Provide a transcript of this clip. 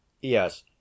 Yes